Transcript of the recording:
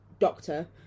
doctor